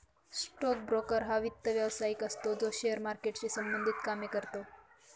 stock broker हा वित्त व्यवसायिक असतो जो शेअर मार्केटशी संबंधित कामे करतो